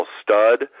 stud